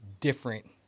different